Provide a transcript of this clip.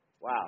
Wow